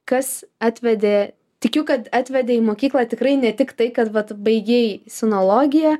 kas atvedė tikiu kad atvedė į mokyklą tikrai ne tik tai kad vat baigei sinologiją